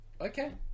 okay